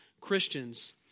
Christians